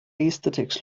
aesthetics